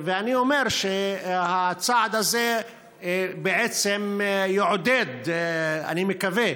ואני אומר שהצעד הזה בעצם יעודד, אני מקווה,